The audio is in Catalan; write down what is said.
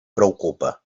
preocupa